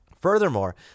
Furthermore